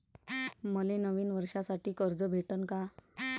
मले नवीन वर्षासाठी कर्ज भेटन का?